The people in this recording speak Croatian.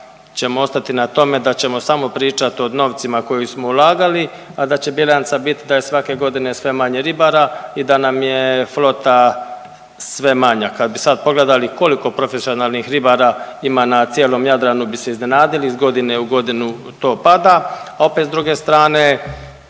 ćemo ostati na tome da ćemo samo pričati o novcima koje smo ulagali, a da će bilanca biti da je svake godine sve manje ribara i da nam je flota sve manja. Kad bi sad pogledali koliko profesionalnih ribara ima na cijelom Jadranu bi se iznenadili, iz godine u godinu to pada, a opet s druge strane